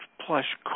plush